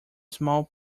small